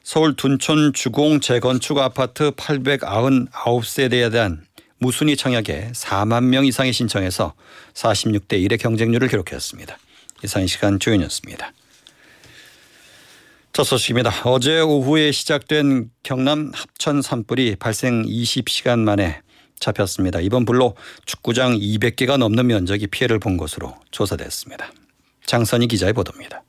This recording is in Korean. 서울 둔촌 주공 재건축 아파트 899세대에 대한 무순위 청약에 4만 명 이상이 신청해서 46대 일의 경쟁률을 기록했습니다. 이상 이 시간 주요 뉴스입니다. 첫 소식입니다. 어제 오후에 시작된 경남 합천 산불이 발생 20시간 만에 잡혔습니다. 이번 불로 축구장 200개가 넘는 면적이 피해를 본 것으로 조사됐습니다. 장선희 기자의 보도입니다.